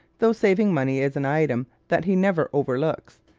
though saving money is an item that he never overlooks.